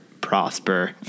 prosper